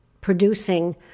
producing